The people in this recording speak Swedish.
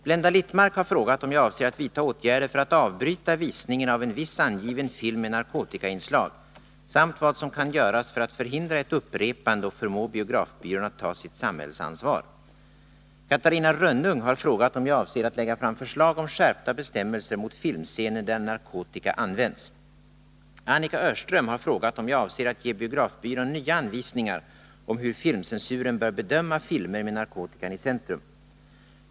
Blenda Littmarck har frågat om jag avser att vidta åtgärder för att avbryta visningen av en viss angiven film med narkotikainslag samt vad som kan göras för att förhindra ett upprepande och förmå biografbyrån att ta sitt samhällsansvar. Catarina Rönnung har frågat om jag avser att lägga fram förslag om skärpta bestämmelser mot filmscener där narkotika används. Annika Öhrström har frågat om jag avser att ge biografbyrån nya anvisningar om hur filmcensuren bör bedöma filmer med narkotikan i centrum.